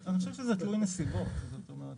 אני חושב שזה תלוי נסיבות, זאת אומרת